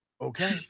okay